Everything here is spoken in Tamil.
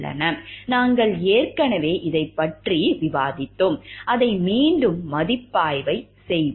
நாங்கள் ஏற்கனவே இதைப் பற்றி ஏற்கனவே விவாதித்தோம் அதை மீண்டும் மதிப்பாய்வு செய்வோம்